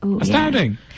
Astounding